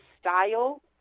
style